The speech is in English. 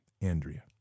Andrea